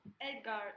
Edgar